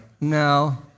no